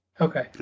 Okay